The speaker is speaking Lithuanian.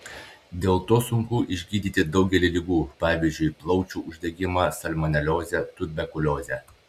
dėl to sunku išgydyti daugelį ligų pavyzdžiui plaučių uždegimą salmoneliozę tuberkuliozę